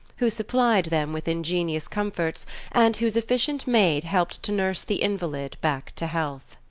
who supplied them with ingenious comforts and whose efficient maid helped to nurse the invalid back to health.